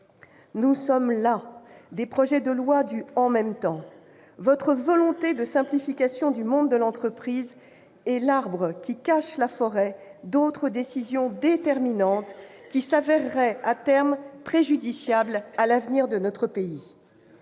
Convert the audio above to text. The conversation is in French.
Nous sommes las des projets de loi du « en même temps ». Votre volonté de simplification du monde de l'entreprise est l'arbre qui cache la forêt d'autres décisions déterminantes, qui s'avéreraient, à terme, préjudiciables à l'avenir de notre pays.